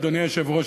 אדוני היושב-ראש,